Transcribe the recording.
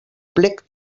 plec